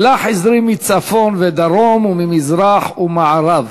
/ שלח עזרי מצפון ודרום וממזרח ומערב".